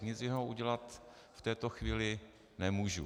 Nic jiného udělat v této chvíli nemůžu.